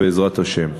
בעזרת השם.